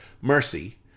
mercy